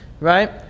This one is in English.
right